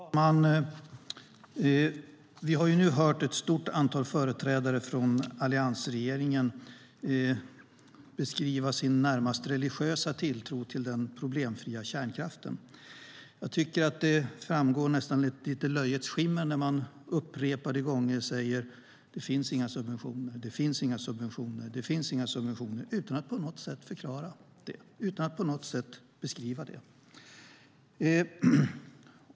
Fru talman! Vi har nu hört ett stort antal företrädare från alliansregeringen beskriva sin närmast religiösa tilltro till den problemfria kärnkraften. Jag tycker att det framstår nästan i ett löjets skimmer när man upprepade gånger säger att det inte finns några subventioner - det finns inga subventioner - utan att på något sätt förklara det, utan att på något sätt beskriva det.